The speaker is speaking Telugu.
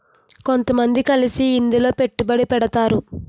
కొంతమంది కలిసి ఇందులో పెట్టుబడి పెడతారు